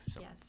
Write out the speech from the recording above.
Yes